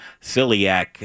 Celiac